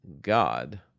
God